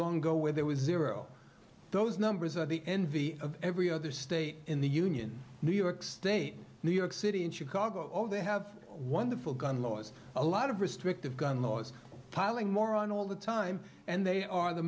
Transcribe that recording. long ago where there was zero those numbers are the envy of every other state in the union new york state new york city and chicago all they have wonderful gun laws a lot of restrictive gun laws piling more on all the time and they are the